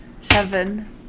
Seven